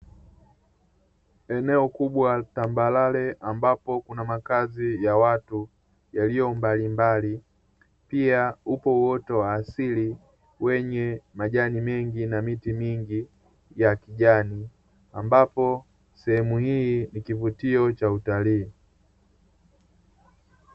Eneo kubwa tambarare ambopo kuna makazi ya watu ya aina mbalimbali, pia upo uoto wa asili wenye majani mengi na miti mingi ya kijani, ambapo sehemu hii ni kuvutio cha utalii.